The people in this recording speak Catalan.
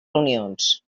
reunions